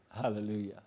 Hallelujah